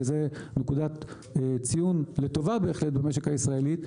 וזה נקודת ציון לטובה בהחלט במשק הישראלי.